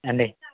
ఏవండి